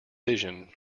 vision